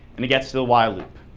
and it gets to the while loop,